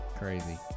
Crazy